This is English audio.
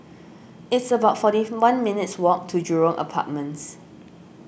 it's about forty one minutes' walk to Jurong Apartments